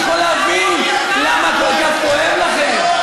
אני יכול להבין למה כל כך כואב לכם.